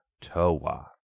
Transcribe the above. Toa